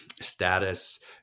status